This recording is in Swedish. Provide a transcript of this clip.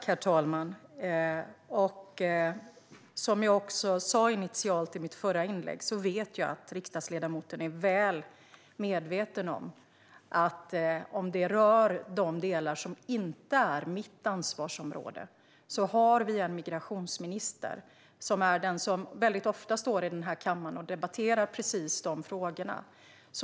Herr talman! Som jag sa initialt i mitt förra inlägg vet jag att riksdagsledamoten är väl medveten om att när det rör de delar som inte är mitt ansvarsområde har vi en migrationsminister som väldigt ofta står här i kammaren och debatterar precis dessa frågor.